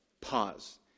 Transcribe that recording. Pause